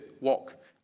walk